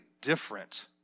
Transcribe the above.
different